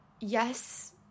yes